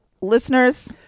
Listeners